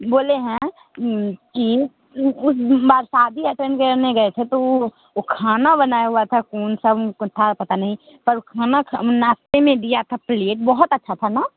बोले हैं कि उस उस बार सादी एटेंड करने गए थे तो वो वो खाना बनाया हुआ था कौन सा हमको था पता नहीं पर खाना नाश्ते में दिया था पिलेट बहुत अच्छा था ना